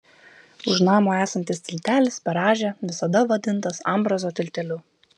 už namo esantis tiltelis per rąžę visada vadintas ambrazo tilteliu